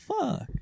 fuck